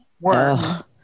work